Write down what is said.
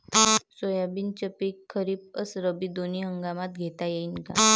सोयाबीनचं पिक खरीप अस रब्बी दोनी हंगामात घेता येईन का?